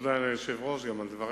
תודה גם ליושב-ראש, על דבריך.